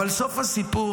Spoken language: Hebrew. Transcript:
אבל סוף הסיפור,